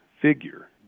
figure